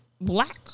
black